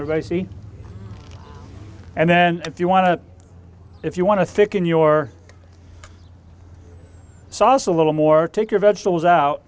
of ac and then if you want to if you want to thicken your sauce a little more take your vegetables out